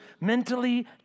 mentally